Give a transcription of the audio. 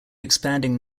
expanding